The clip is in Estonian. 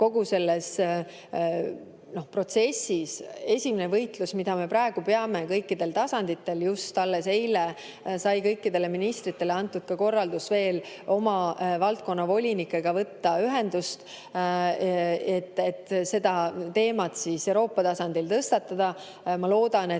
kogu selles protsessis, esimene võitlus, mida me praegu peame kõikidel tasanditel. Just alles eile sai kõikidele ministritele antud ka korraldus veel oma valdkonna volinikega võtta ühendust, et seda teemat Euroopa tasandil tõstatada. Ma loodan, et